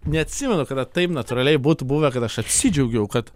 neatsimenu kada taip natūraliai būtų buvę kad aš apsidžiaugiau kad